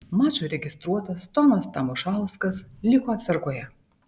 mačui registruotas tomas tamošauskas liko atsargoje